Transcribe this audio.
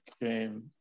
game